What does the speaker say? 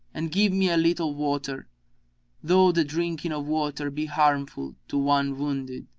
and give me a little water though the drinking of water be harmful to one wounded,